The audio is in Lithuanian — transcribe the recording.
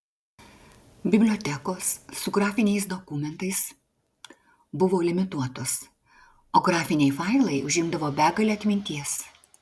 bibliotekos su grafiniais dokumentais buvo limituotos o grafiniai failai užimdavo begalę atminties